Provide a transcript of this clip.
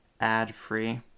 ad-free